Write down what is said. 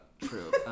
True